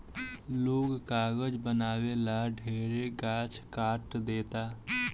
लोग कागज बनावे ला ढेरे गाछ काट देता